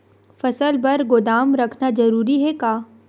फसल बर गोदाम रखना जरूरी हे का?